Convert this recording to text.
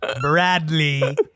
Bradley